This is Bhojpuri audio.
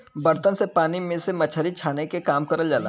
बर्तन से पानी में से मछरी छाने के काम करल जाला